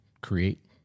create